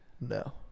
No